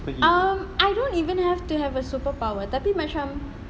mm I don't even have to have a superpower tapi macam